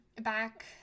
back